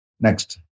Next